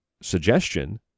suggestion